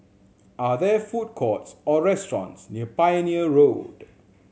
are there food courts or restaurants near Pioneer Road